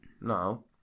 No